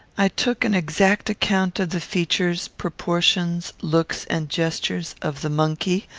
i took an exact account of the features, proportions, looks, and gestures of the monkey,